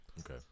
Okay